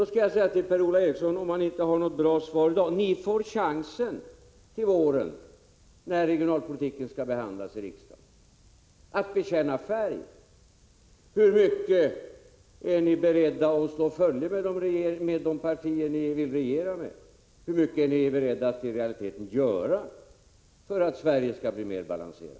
Då skall jag säga till Per-Ola Eriksson, för den händelse han inte har något bra svar på de här frågorna i dag: Ni får chansen till våren, när regionalpolitiken skall behandlas i riksdagen, att bekänna färg och att tala om hur långt ni är bredda att slå följe med de partier ni vill regera med och hur mycket ni i realiteten är beredda att göra för att Sverige skall bli mer balanserat.